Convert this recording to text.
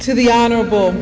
to the honorable